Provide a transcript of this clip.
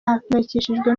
ahangayikishijwe